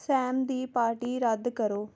ਸੈਮ ਦੀ ਪਾਰਟੀ ਰੱਦ ਕਰੋ